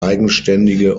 eigenständige